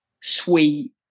sweet